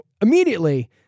immediately